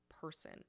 person